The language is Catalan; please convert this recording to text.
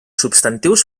substantius